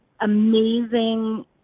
amazing